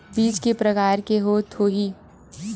बीज के प्रकार के होत होही?